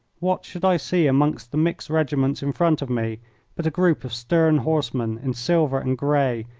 what should i see amongst the mixed regiments in front of me but a group of stern horsemen, in silver and grey,